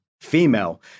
female